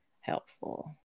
helpful